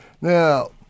Now